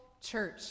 church